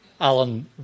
Alan